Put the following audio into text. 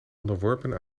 onderworpen